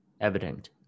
evident